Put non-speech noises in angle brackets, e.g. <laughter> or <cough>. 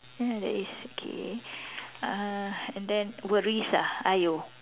ya there is okay <noise> uh and then worries ah !aiyo!